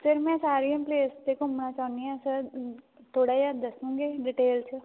sir ਮੈਂ ਸਾਰੀਆਂ place 'ਤੇ ਘੁੰਮਣਾ ਚਾਹੁੰਦੀ ਹਾਂ ਸਰ ਥੋੜ੍ਹਾ ਜਿਹਾ ਦੱਸੋਗੇ ਡਿਟੇਲ 'ਚ